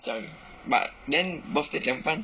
讲 but then birthday 怎样办